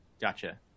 Gotcha